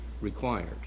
required